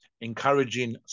encouraging